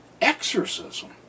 exorcism